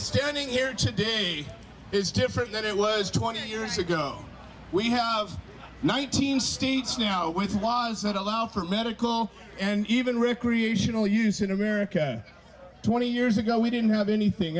standing here today he is different than it was twenty years ago we have nineteen states now with mines that allow for medical and even recreate you know use in america twenty years ago we didn't have anything